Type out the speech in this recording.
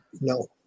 No